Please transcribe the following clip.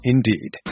Indeed